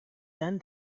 done